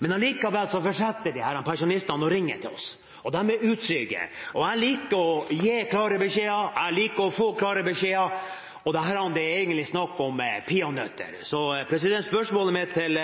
Men likevel fortsetter disse pensjonistene å ringe til oss, og de er utrygge. Jeg liker å gi klare beskjeder, jeg liker å få klare beskjeder, og dette er egentlig snakk om peanøtter, så spørsmålet mitt til